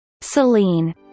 Celine